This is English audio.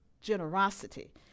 generosity